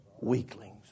weaklings